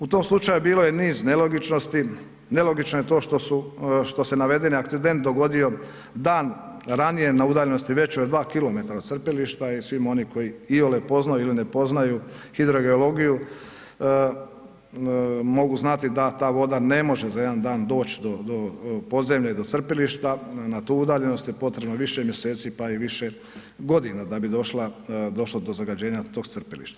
U tom slučaju bilo je niz nelogičnosti, nelogično je to što se navedeni akcident dogodio dan ranije na udaljenosti većoj od 2 km od crpilišta i svi oni koji iole poznaju ili ne poznaju hidrogeologiju, mogu znati da ta voda ne može za jedan dan doći do podzemlja i do crpilišta, na tu udaljenost je potrebno više mjeseci pa i više godina da bi došlo do zagađenja tog crpilišta.